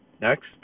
Next